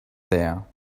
there